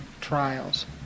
trials